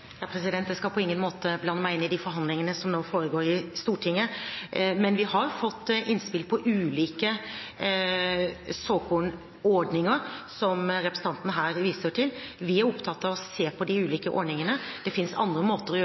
Jeg skal på ingen måte blande meg inn i de forhandlingene som nå foregår i Stortinget, men vi har fått innspill på ulike såkornordninger, som representanten her viser til. Vi er opptatt av å se på de ulike ordningene. Det finnes andre måter å